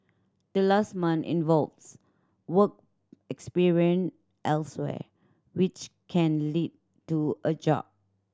the last month involves work experience elsewhere which can lead to a job